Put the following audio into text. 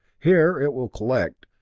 here it will collect,